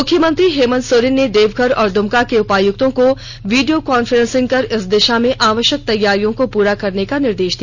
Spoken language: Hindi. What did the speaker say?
मुख्यमंत्री हेमंत सोरेन ने देवघर और दुमका के उपायुक्तों को वीडियो कांफ्रेंसिंग कर इस दिशा में आवश्यक तैयारियों को पूरा करने का निर्देश दिया